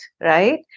right